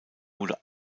wurde